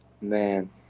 man